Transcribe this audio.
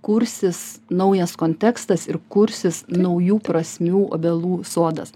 kursis naujas kontekstas ir kursis naujų prasmių obelų sodas